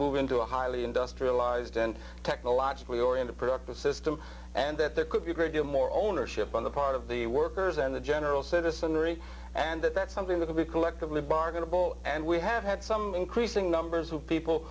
move into a highly industrialized and technologically oriented purposes tim and that there could be a great deal more ownership on the part of the workers and the general citizenry and that that's something that we collectively bargain to bowl and we have had some increasing numbers of people